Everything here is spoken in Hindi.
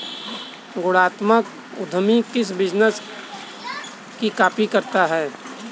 गुणात्मक उद्यमी किसी बिजनेस की कॉपी करता है